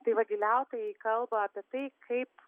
tai vagiliautojai kalba apie tai kaip